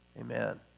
Amen